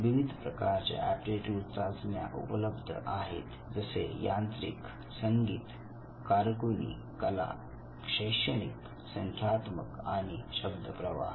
विविध प्रकारच्या एप्टीट्यूड चाचण्या उपलब्ध आहेत जसे यांत्रिक संगीत कारकुनी कला शैक्षणिक संख्यात्मक आणि शब्द प्रवाह